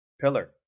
pillar